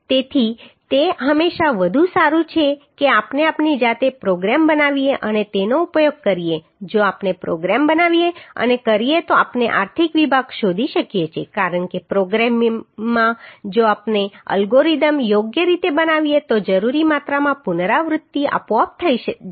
તેથી તે હંમેશા વધુ સારું છે કે આપણે આપણી જાતે પ્રોગ્રામ બનાવીએ અને તેનો ઉપયોગ કરીએ જો આપણે પ્રોગ્રામ બનાવીએ અને કરીએ તો આપણે આર્થિક વિભાગ શોધી શકીએ છીએ કારણ કે પ્રોગ્રામિંગમાં જો આપણે એલ્ગોરિધમ યોગ્ય રીતે બનાવીએ તો જરૂરી માત્રામાં પુનરાવૃત્તિ આપોઆપ થઈ જશે